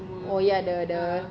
oh ya the the